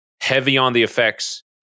heavy-on-the-effects